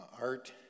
art